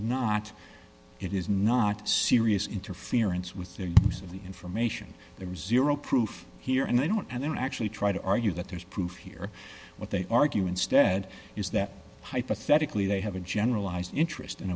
not it is not serious interference with their use of the information there is zero proof here and they don't and then actually try to argue that there's proof here what they argue instead is that hypothetically they have a generalized interest in